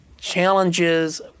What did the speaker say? challenges